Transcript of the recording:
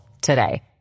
today